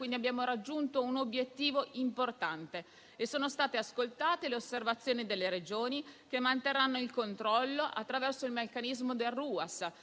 abbiamo raggiunto un obiettivo importante. Sono state ascoltate le osservazioni delle Regioni, che manterranno il controllo attraverso il meccanismo del